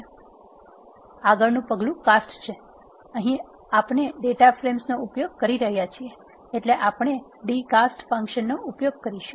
આગળનું પગલું કાસ્ટ છે અહી અપને ડેટા ફ્રેમ્સ નો ઉપયોગ કરી રહ્યા છીએ એટલે આપણે d cast ફંક્શન નો ઉપયોગ કરશું